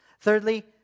Thirdly